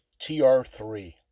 tr3